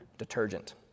detergent